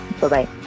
Bye-bye